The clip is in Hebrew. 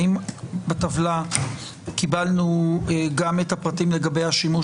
האם בטבלה קיבלנו גם את הפרטים לגבי השימוש